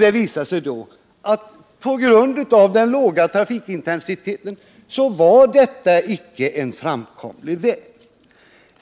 Det visade sig då att detta — på grund av den låga trafikintensitet som avgiftsfinansierade vägar skulle få — icke var en framkomlig väg.